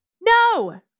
No